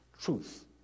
truth